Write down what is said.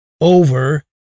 over